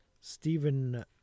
Stephen